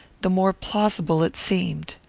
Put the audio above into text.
the more plausible it seemed.